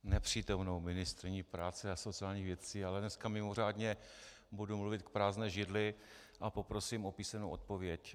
Nepřítomnou ministryni práce a sociálních věcí, ale dneska mimořádně budu mluvit k prázdné židli a poprosím o písemnou odpověď.